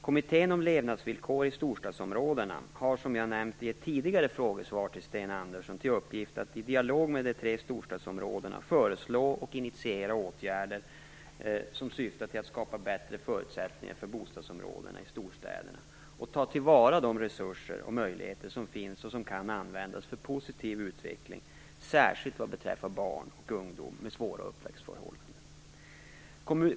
Kommittén om levnadsvillkor i storstadsområden, den s.k. Storstadskommittén har, som jag tidigare har nämnt i ett frågesvar till Sten Andersson, till uppgift att i dialog med de tre storstadsområdena föreslå och initiera åtgärder som syftar till att skapa bättre förutsättningar för bostadsområdena i storstäderna och att ta till vara de olika resurser och möjligheter som finns och som kan användas för positiv utveckling, särskilt vad beträffar barn och ungdomar med svåra uppväxtförhållanden.